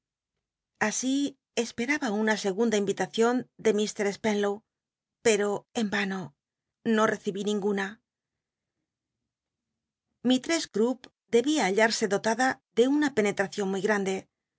así esper tba una segunda invitacion de ir spenlow pero en vano no recibí ninguna misttcss l debia hallarse dotada de una penetracion muy grande